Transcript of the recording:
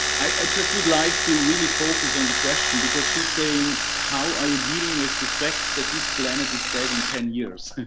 i just would like to really focus on the question. because she's saying how are you dealing with the fact that this planet is dead in ten years.